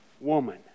woman